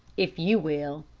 if you will.